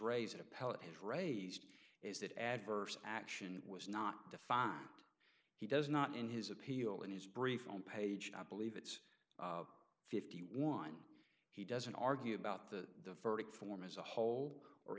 raise an appellate had raised is that adverse action was not defined he does not in his appeal in his brief on page i believe it's fifty one he doesn't argue about the verdict form as a whole or